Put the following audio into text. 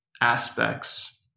aspects